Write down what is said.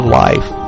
life